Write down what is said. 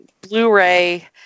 Blu-ray